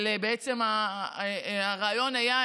ובעצם הרעיון היה,